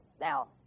Now